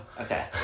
Okay